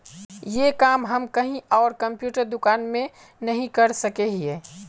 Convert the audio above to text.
ये काम हम कहीं आर कंप्यूटर दुकान में नहीं कर सके हीये?